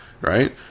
right